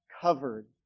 covered